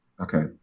Okay